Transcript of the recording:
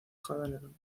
hombro